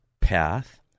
path